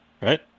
right